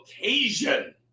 occasion